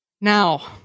Now